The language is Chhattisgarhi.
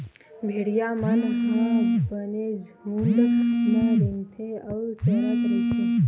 भेड़िया मन ह बने झूंड म रेंगथे अउ चरत रहिथे